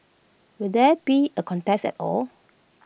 will there be A contest at all